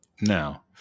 Now